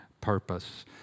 purpose